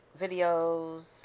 videos